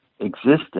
existence